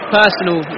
personal